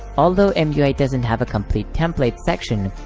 although mui doesn't have a complete template section,